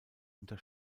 unter